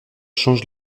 change